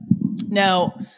Now